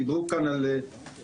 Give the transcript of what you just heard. דיברו כאן על וייטנאם,